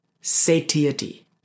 satiety